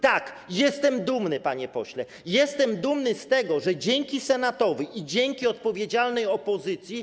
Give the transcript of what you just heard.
Tak, jestem dumny, panie pośle, jestem dumny z tego, że dzięki Senatowi i dzięki odpowiedzialnej opozycji.